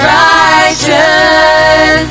righteous